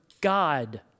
God